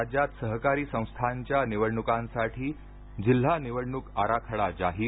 राज्यात सहकारी संस्थांच्या निवडणुकांसाठीजिल्हा निवडणूक आराखडा जाहीर